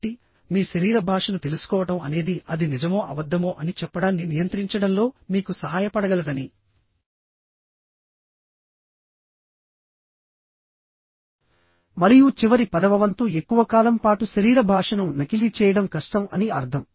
కాబట్టి మీ శరీర భాషను తెలుసుకోవడం అనేది అది నిజమో అబద్ధమో అని చెప్పడాన్ని నియంత్రించడంలో మీకు సహాయపడగలదని మరియు చివరి పదవ వంతు ఎక్కువ కాలం పాటు శరీర భాషను నకిలీ చేయడం కష్టం అని అర్థం